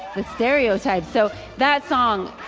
the stereotype. so that song.